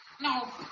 No